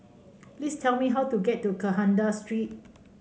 please tell me how to get to Kandahar Street